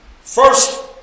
First